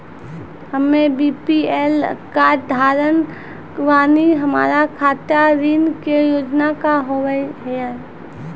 हम्मे BPL card धारक बानि हमारा खातिर ऋण के योजना का होव हेय?